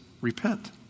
repent